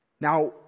Now